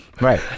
Right